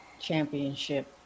championship